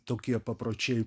tokie papročiai